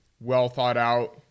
well-thought-out